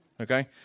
Okay